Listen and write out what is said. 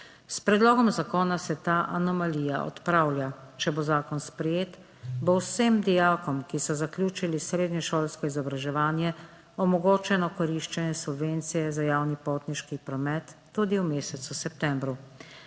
S predlogom zakona se ta anomalija odpravlja. Če bo zakon sprejet, bo vsem dijakom, ki so zaključili srednješolsko izobraževanje, omogočeno koriščenje subvencije za javni potniški promet tudi v mesecu septembru.